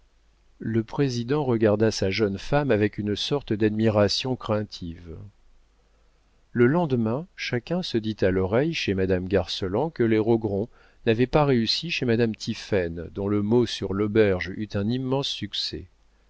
le président regarda sa jeune femme avec une sorte d'admiration craintive le lendemain chacun se dit à l'oreille chez madame garceland que les rogron n'avaient pas réussi chez madame tiphaine dont le mot sur l'auberge eut un immense succès